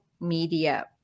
media